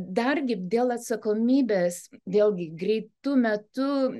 dargi dėl atsakomybės vėlgi greitu metu